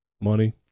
Money